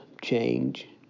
change